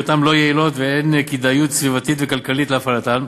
בהיותן לא יעילות ואין כדאיות סביבתית וכלכלית בהפעלתן.